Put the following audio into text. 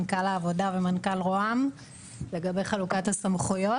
מנכ"ל משרד העבודה ומנכ"ל משרד ראש הממשלה לגבי חלוקת הסמכויות.